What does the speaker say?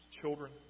children